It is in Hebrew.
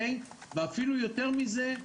אפילו יותר מזה,